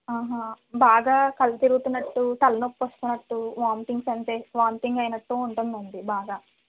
ఆహా బాగా కళ్ళు తిరుగుతున్నటు తలనొప్పి వస్తున్నట్టు వామిటింగ్స్ అంటే వామిటింగ్ అయినట్టు ఉంటుందండీ బాగా